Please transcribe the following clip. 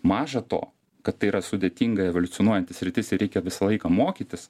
maža to kad tai yra sudėtinga evoliucionuojanti sritis reikia visą laiką mokytis